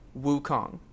Wukong